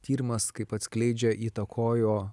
tyrimas kaip atskleidžia įtakojo